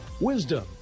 Wisdom